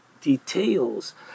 details